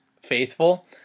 faithful